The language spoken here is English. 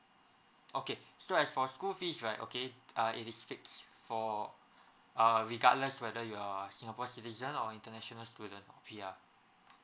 okay so as for school fees right okay uh it is fixed for err regardless whether you are singapore citizen or international student or P_R